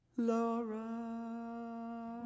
Laura